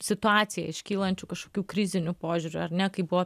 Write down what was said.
situaciją iškylančių kažkokių krizinių požiūrių ar ne kaip buvo